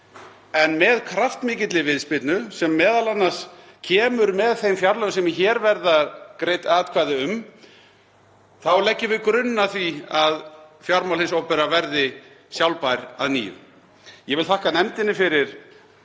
En með kraftmikilli viðspyrnu, sem m.a. kemur með þeim fjárlögum sem hér verða greidd atkvæði um, leggjum við grunn að því að fjármál hins opinbera verði sjálfbær að nýju. Ég vil þakka nefndinni fyrir